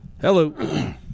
hello